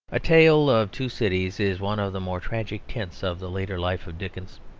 a tale of two cities is one of the more tragic tints of the later life of dickens.